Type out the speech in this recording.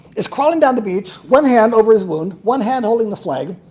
is crawling down the beach one hand over his wound, one hand holding the flag,